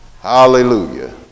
hallelujah